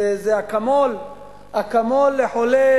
שזה אקמול לחולה